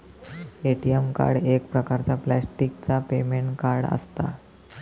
ATM card एक प्रकारचा प्लॅस्टिकचा पेमेंट कार्ड असता